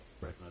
Right